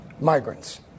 migrants